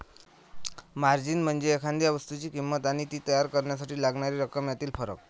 margin म्हणजे एखाद्या वस्तूची किंमत आणि ती तयार करण्यासाठी लागणारी रक्कम यातील फरक